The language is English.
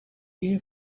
here